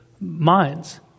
minds